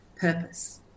purpose